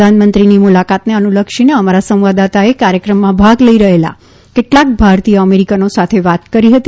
પ્રધાનમંત્રીની મુલાકાતને અનુલક્ષીને અમારા સંવાદદાતાએ કાર્યક્રમમાં ભાગ લઇ રહેલા કેટલાંક ભારતીય અમેરિકનો સાથે વાત કરી હતી